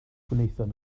gwnaethon